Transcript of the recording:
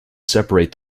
separate